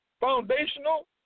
Foundational